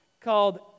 called